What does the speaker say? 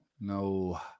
no